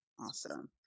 Awesome